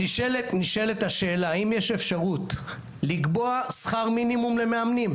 נשאלת השאלה האם יש אפשרות לקבוע שכר מינימום למאמנים.